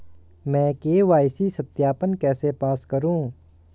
मैं के.वाई.सी सत्यापन कैसे पास करूँ?